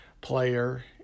player